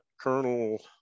Colonel